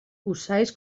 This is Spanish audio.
usáis